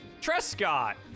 Trescott